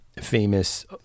famous